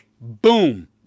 boom